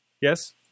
Yes